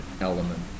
element